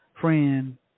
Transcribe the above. friend